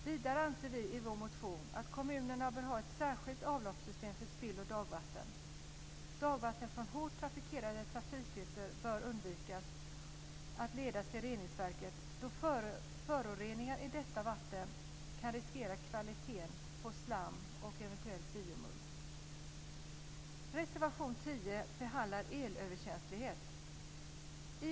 Vidare anser vi i vår motion att kommunerna bör ha ett särskilt avloppssystem för spill och dagvatten. Dagvatten från hårt trafikerade trafikytor bör undvikas att ledas till reningsverken då föroreningar i detta vatten kan riskera kvaliteten på slam och eventuell biomull.